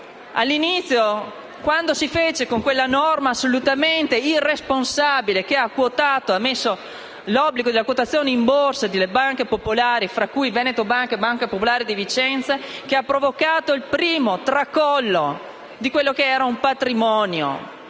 all'inizio quella norma, assolutamente irresponsabile, che ha imposto l'obbligo della quotazione in borsa per le banche popolari, tra cui Veneto Banca e Banca Popolare di Vicenza, ha provocato il primo tracollo di un patrimonio